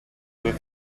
due